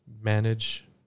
manage